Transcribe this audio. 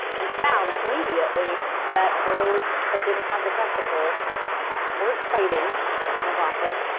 and found, immediately, that those that didn't have the testicles weren't fighting as often.